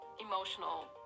emotional